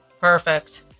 Perfect